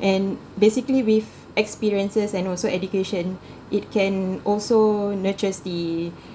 and basically with experiences and also education it can also nurtures the